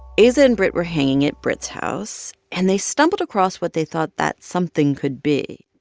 aza and britt were hanging at britt's house, and they stumbled across what they thought that something could be.